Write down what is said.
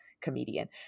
Comedian